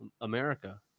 america